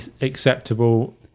acceptable